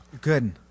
Good